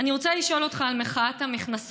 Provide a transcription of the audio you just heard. אני רוצה לשאול אותך על מחאת המכנסונים.